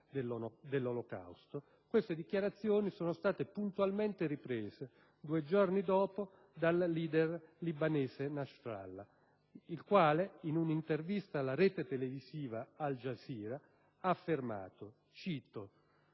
dell'Olocausto, sono state puntualmente rilanciate, due giorni dopo, dal *leader* libanese Nasrallah, il quale, in un'intervista alla rete televisiva Al Jazeera, ha affermato: «Tel